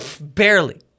Barely